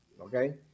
okay